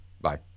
Bye